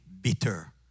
bitter